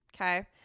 Okay